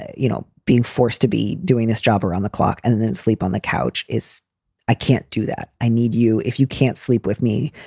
you know, being forced to be doing this job are on the clock and then then sleep on the couch is i can't do that. i need you. if you can't sleep with me,